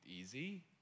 easy